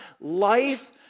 life